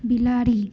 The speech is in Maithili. बिलाड़ि